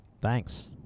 Thanks